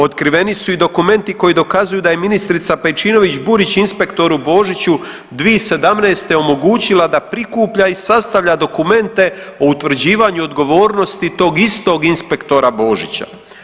Otkriveni su i dokumenti koji dokazuju da je ministrica Pejčinović Burić inspektoru Božiću 2017. omogućila da prikuplja i sastavlja dokumente o utvrđivanju odgovornosti tog istog inspektora Božića.